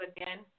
again